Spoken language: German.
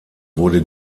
wurde